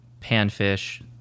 panfish